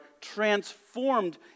transformed